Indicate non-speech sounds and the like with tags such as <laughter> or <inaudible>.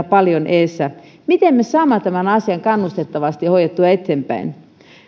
<unintelligible> paljon edessä miten me saamme tämän asian kannustettavasti hoidettua eteenpäin